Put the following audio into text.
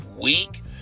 week